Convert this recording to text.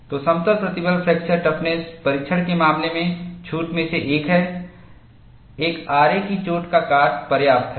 तो समतल प्रतिबल फ्रैक्चर टफनेस परीक्षण के मामले में छूट में से एक है एक आरे की चोट का काट पर्याप्त है